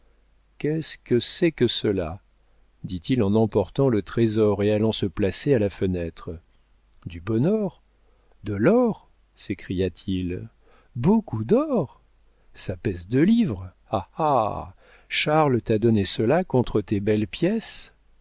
qu'est-ce que c'est que cela dit-il en emportant le trésor et allant se placer à la fenêtre du bon or de l'or s'écria-t-il beaucoup d'or ça pèse deux livres ah ah charles t'a donné cela contre tes belles pièces